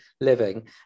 living